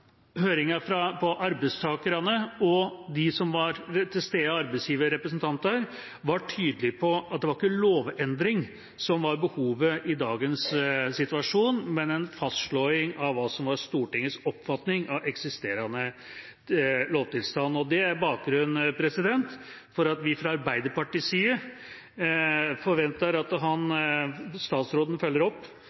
og de som var til stede av arbeidsgiverrepresentanter, var man tydelig på at det var ikke lovendring som var behovet i dagens situasjon, men en fastslåing av hva som var Stortingets oppfatning av eksisterende lovtilstand. Det er bakgrunnen for at vi fra Arbeiderpartiets side forventer at statsråden følger opp,